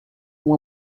uma